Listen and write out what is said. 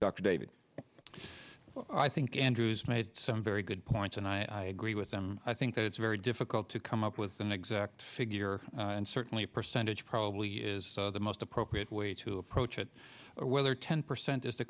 dr david i think andrew's made some very good points and i agree with them i think that it's very difficult to come up with an exact figure and certainly a percentage probably is the most appropriate way to approach it or whether ten percent is the